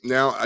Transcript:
Now